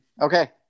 Okay